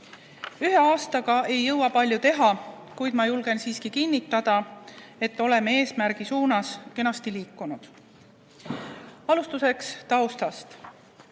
Ühe aastaga ei jõua palju teha, kuid ma julgen siiski kinnitada, et oleme eesmärgi suunas kenasti liikunud. Alustuseks taustast.